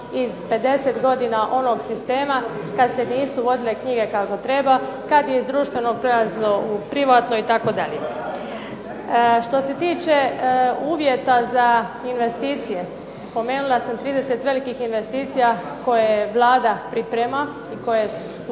iz 50 godina onog sistema kad se nisu vodile knjige kako treba, kad je iz društvenog prelazilo u privatno itd. Što se tiče uvjeta za investicije spomenula sam 30 velikih investicija koje Vlada priprema i koje su